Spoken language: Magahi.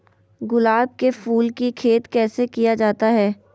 गुलाब के फूल की खेत कैसे किया जाता है?